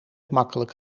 gemakkelijk